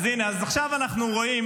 אז עכשיו אנחנו רואים